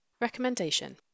Recommendation